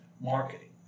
marketing